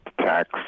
tax